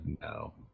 no